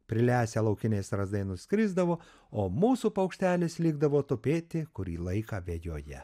prilesę laukiniai strazdai nuskrisdavo o mūsų paukštelis likdavo tupėti kurį laiką vejoje